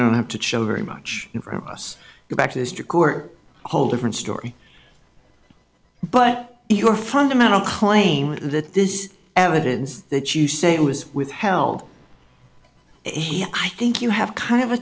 don't have to show very much in front of us go back to this to court a whole different story but if your fundamental claim that this evidence that you say was withheld i think you have kind of a